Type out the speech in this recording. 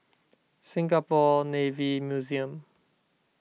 Singapore Navy Museum